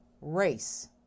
Race